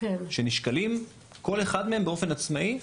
שנשקלים כל אחד מהם באופן עצמאי.